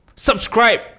Subscribe